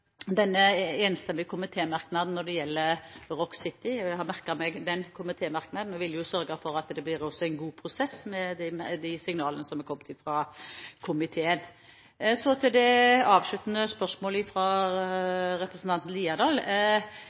den enstemmige komitémerknaden når det gjelder Rock City. Jeg har merket meg den komitémerknaden og vil sørge for at det blir en god prosess med hensyn til de signalene som er kommet fra komiteen. Så til det avsluttende spørsmålet fra representanten Haukeland Liadal.